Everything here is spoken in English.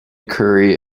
curry